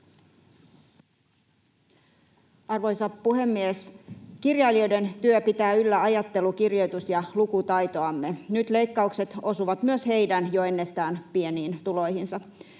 Arvoisa puhemies! Kirjailijoiden työ pitää yllä ajattelu-, kirjoitus- ja lukutaitoamme. Nyt leikkaukset osuvat myös heidän jo ennestään pieniin tuloihinsa.